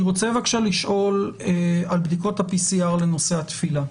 אני רוצה בבקשה לשאול על בדיקות ה-PCR לנושא התפילה.